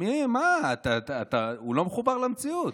הוא לא מחובר למציאות.